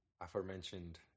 aforementioned